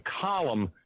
column